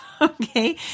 Okay